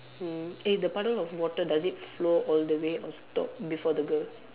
hmm eh the puddle of water does it flow all the way or stop before the girl